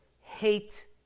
hate